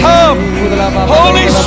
Holy